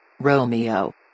Romeo